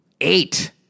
eight